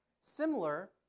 Similar